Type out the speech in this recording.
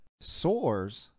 soars